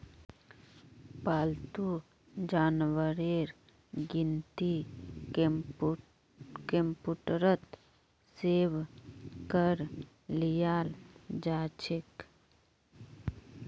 पालतू जानवरेर गिनती कंप्यूटरत सेभ करे लियाल जाछेक